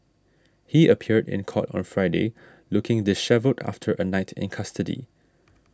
he appeared in court on Friday looking dishevelled after a night in custody